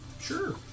Sure